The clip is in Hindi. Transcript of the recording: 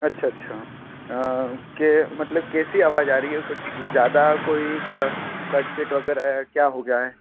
अच्छा अच्छा कि मतलब कैसी आवाज़ आ रही है कुछ ज़्यादा कोई क कट पीट वग़ैरह है क्या हो गया है